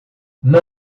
não